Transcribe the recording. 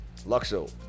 Luxo